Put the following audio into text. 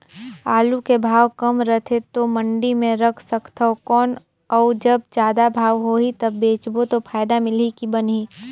आलू के भाव कम रथे तो मंडी मे रख सकथव कौन अउ जब जादा भाव होही तब बेचबो तो फायदा मिलही की बनही?